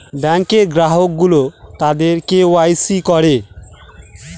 ব্যাঙ্কে গ্রাহক গুলো তাদের কে ওয়াই সি করে